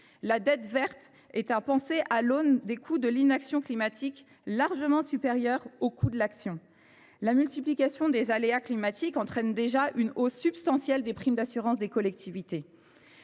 La dette verte est à penser à l’aune des coûts de l’inaction climatique, largement supérieurs aux coûts de l’action. La multiplication des aléas climatiques entraîne déjà une hausse substantielle des primes d’assurance des collectivités.